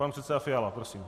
Pan předseda Fiala, prosím.